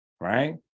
right